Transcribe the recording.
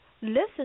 listen